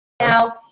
Now